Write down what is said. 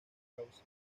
causa